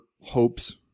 hopes